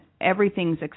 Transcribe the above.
Everything's